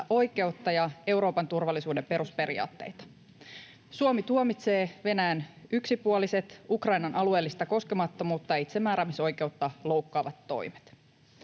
oikeutta ja Euroopan turvallisuuden perusperiaatteita. Suomi tuomitsee Venäjän yksipuoliset, Ukrainan alueellista koskemattomuutta ja itsemääräämisoikeutta loukkaavat toimet.